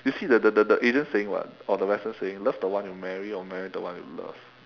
you see the the the the asian saying [what] or the western saying love the one you marry or marry the one you love